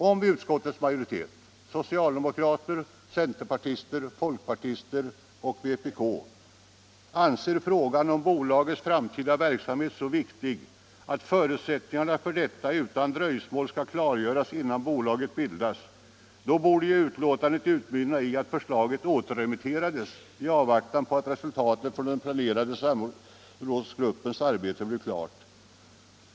Om nu utskottets majoritet — socialdemokrater, centerpartister, folkpartister och kommunister — anser frågan om bolagets framtida verksamhet vara så viktig, att förutsättningarna för detta utan dröjsmål skall klargöras redan innan bolaget bildas, borde betänkandet utmynna i att förslaget återremitterades i avvaktan på att resultatet från den planerade samrådsgruppens arbete blir klart.